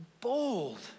bold